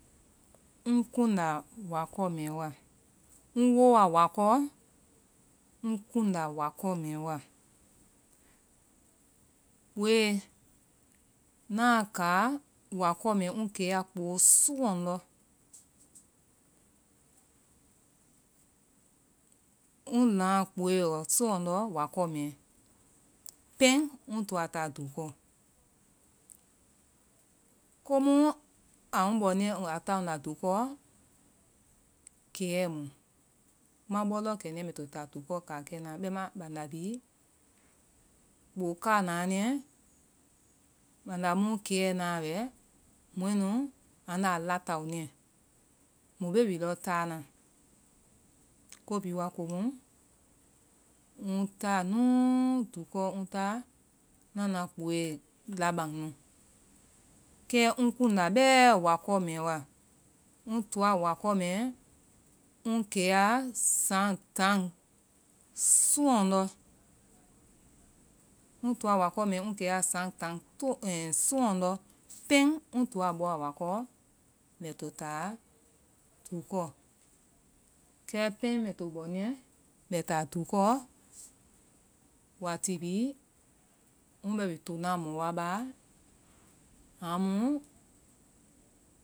Ŋ kundá wakɔɔ mɛɛ wa, ŋ wooa wakɔɔ, ŋ kundá wakɔɔ mɛɛ wa. Kpooe, ŋnaa kaa wakɔɔ mɛɛ ŋ keya kpoo soɔndɔ ŋ laŋa kpooé soɔndɔ wakɔ mɛɛ. Pɛŋ towa táa dukɔɔ ŋ woowa wakɔɔ ŋ kunda wakɔɔ mɛɛ wa. Kpooe ŋna a kaa wakɔɔ mɛɛ ŋ keya kpoo soŋndɔ́. Ŋ laŋa kpooe ɔ soɔndɔ́ wakɔɔ pɛŋ ŋ toa táa dukɔɔ. Komu a ŋ bɔniɛ a táa nda dukɔɔ, kɛɛmu, ma bɔ lɔɔ kɛ niyɛ ŋ to táa dukɔɔ káakɛnaa., bandá bhii. kpoo káanaa niyɛ, banda mu kɛɛ naa wɛ, mɔɛ nu anda a latao niɛ, mu bee wi lɔ táana, ko bhii waa komu ŋ táa núuu dukɔɔ ŋna na kpooe labaŋ nu. Kɛ ŋ kuŋnda bɛɛ wakɔɔ mɛɛ wa. Ŋ toa wakɔɔ mɛɛ wa ŋ kuŋnda ŋ keya saŋ taŋ soɔndɔ́, ŋ toa wakɔɔ mɛɛ ŋ keya saŋtaŋ soɔndɔ́ pɛŋ ŋ toa bɔwa wakɔɔ mɛɛ ŋ toa táa dukɔɔ. Kɛ pɛŋ mbɛ to bɔniɛ, ŋ to táa dukɔɔ, wati bhii ŋ bɛ wi tonaa mɔ wa baa, amu